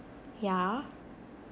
yeah